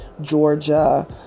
Georgia